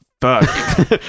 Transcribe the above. fuck